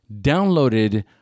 downloaded